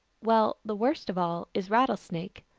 well, the worst of all is rattlesnake.